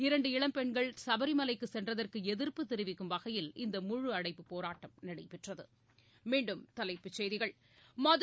இரண்டு இளம் பெண்கள் சபரிமலைக்கு சென்றதற்கு எதிர்ப்பு தெரிவிக்கும் வகையில் இந்த முழு அடைப்பு நடைபெற்றது